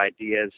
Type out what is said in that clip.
ideas